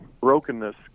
brokenness